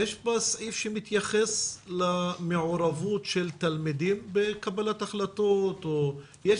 יש בה סעיף שמתייחס למעורבות תלמידים בקבלת החלטות או יש